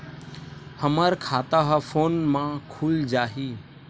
हमर खाता ह फोन मा खुल जाही?